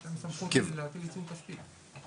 יש להם סמכות להטיל עיצום כספי.